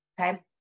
okay